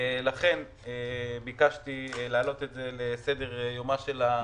לכן ביקשתי להעלות את זה לסדר היום של הכנסת.